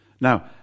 Now